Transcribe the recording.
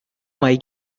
май